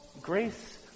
Grace